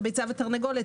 זו ביצה ותרנגולת,